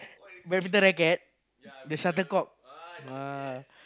badminton racket the shuttlecock ah